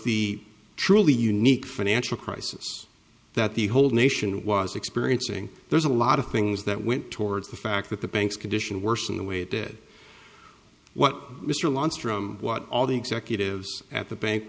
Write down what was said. the truly unique financial crisis that the whole nation was experiencing there's a lot of things that went towards the fact that the banks condition worsened the way dead what mr wants from what all the executives at the bank